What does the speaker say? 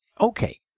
Okay